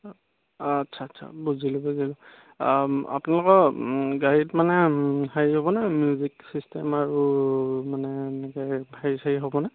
আচ্ছা আচ্ছা বুজিলোঁ বুজিলোঁ আপোনালোকৰ গাড়ীত মানে হেৰি হ'বনে মিউজিক চিষ্টেম আৰু মানে এনেকৈ হেৰি চেৰি হ'বনে